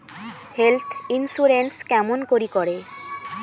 Health insurance কেমন করি করে?